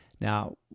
now